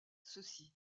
ceci